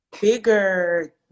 bigger